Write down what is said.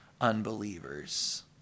unbelievers